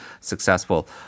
successful